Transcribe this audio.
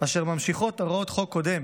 אשר ממשיכות הוראות חוק קודם